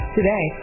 Today